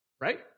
Right